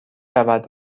رود